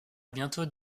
bientôt